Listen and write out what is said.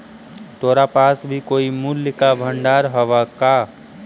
तोरा पास भी कोई मूल्य का भंडार हवअ का